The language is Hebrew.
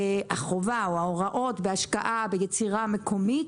ההוראות בדבר חובת השקעה ביצירה המקומית